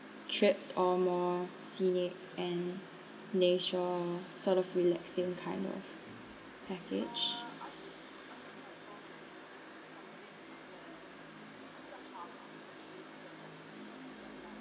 trips or more scenic and nature sort of relaxing kind of package